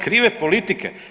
Krive politike.